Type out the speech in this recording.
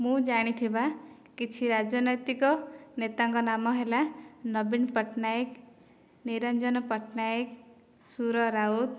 ମୁଁ ଜାଣିଥିବା କିଛି ରାଜନୈତିକ ନେତାଙ୍କ ନାମ ହେଲା ନବୀନ ପଟ୍ଟନାୟକ ନିରଞ୍ଜନ ପଟ୍ଟନାୟକ ସୁର ରାଉତ